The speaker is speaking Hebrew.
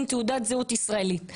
עם תעודת זהות ישראלית.